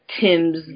Tim's